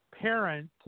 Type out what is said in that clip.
parent